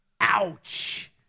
Ouch